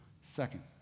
Second